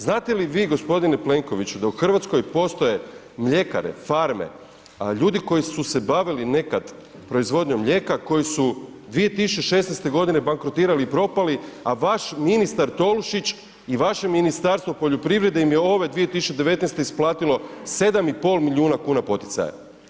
Znate li vi gospodine Plenkoviću da u Hrvatskoj postoje mljekare, farme, ljudi koji su se bavili nekad proizvodnjom mlijeka, koji su 2016. godine bankrotirali i propali a vaš ministar Tolušić i vaše Ministarstvo poljoprivrede im je ove 2019. isplatilo 7,5 milijuna kuna poticaja.